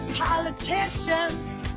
Politicians